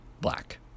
black